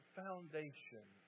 foundation